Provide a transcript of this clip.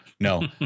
no